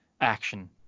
action